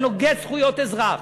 זה נוגד זכויות אזרח.